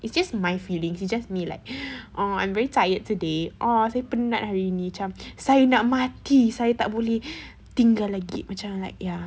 it's just my feelings it's just me like orh I'm very tired today orh saya penat hari ini macam saya nak mati saya tak boleh tinggal lagi macam like ya